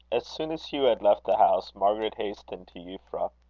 as soon as hugh had left the house, margaret hastened to euphra.